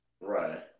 right